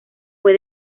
fue